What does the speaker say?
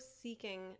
seeking